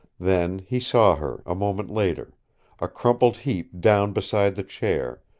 then he saw her a moment later a crumpled heap down beside the chair,